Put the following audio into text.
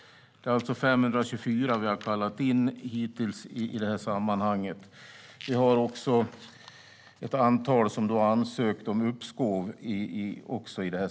Det är alltså 524 vi har kallat in hittills. Vi har också ett antal som har ansökt om uppskov.